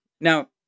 Now